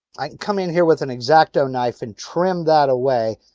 i can come in here with an x-acto knife and trim that away.